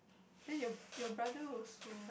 then your your brother also